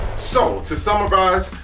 so, to summarize,